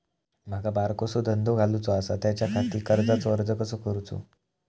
माका बारकोसो धंदो घालुचो आसा त्याच्याखाती कर्जाचो अर्ज कसो करूचो?